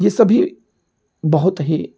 यह सभी बहुत ही